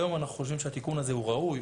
היום אנחנו חושבים שהתיקון הזה הוא ראוי,